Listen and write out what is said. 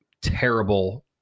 terrible